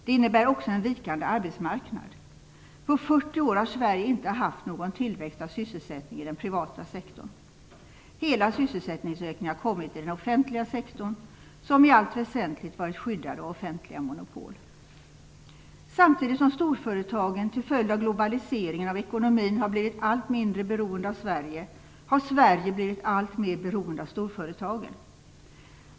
Det innebär också en vikande arbetsmarknad. På 40 år har Sverige inte haft någon tillväxt av sysselsättning i den privata sektorn. Hela sysselsättningsökningen har kommit i den offentliga sektorn, som i allt väsentligt varit skyddad av offentliga monopol. Samtidigt som storföretagen till följd av globaliseringen av ekonomin har blivit allt mindre beroende av Sverige har Sverige blivit alltmer beroende av storföretagen.